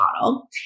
model